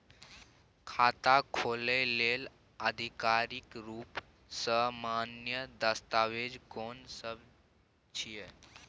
खाता खोले लेल आधिकारिक रूप स मान्य दस्तावेज कोन सब छिए?